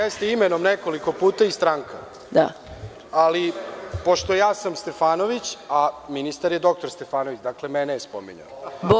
Jeste imenom nekoliko puta i stranka, ali, pošto, ja sam Stefanović, a ministar je dr Stefanović, dakle mene je spominjao.